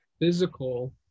physical